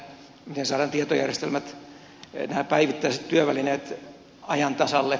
miten saadaan tietojärjestelmät nämä päivittäiset työvälineet ajan tasalle